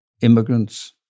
immigrants